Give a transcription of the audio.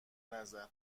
نظر